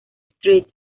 street